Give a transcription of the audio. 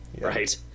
right